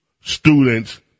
students